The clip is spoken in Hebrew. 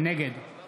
נגד יוליה